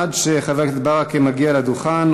עד שחבר הכנסת ברכה מגיע לדוכן,